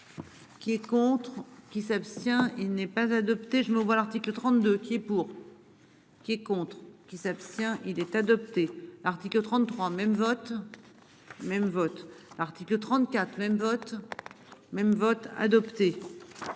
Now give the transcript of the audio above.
Qui est contre qui s'abstient. Il n'est pas adopté, je me vois l'article 32 qui pour. Qui est contre qui s'abstient. Il est adopté. Article 33 même vote. Même votre article 34 même vote. Même vote adopté.